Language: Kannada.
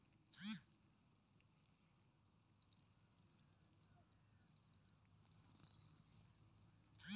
ನೊಂದಾಯಿತ ಶೇರು ಎಂದ್ರೆ ನಿಖರವಾದ ಮಾಲೀಕರ ಹೆಸರಿಗೆ ನೊಂದಾಯಿಸಲಾದ ಸ್ಟಾಕ್ ಆಗಿದೆ